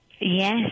yes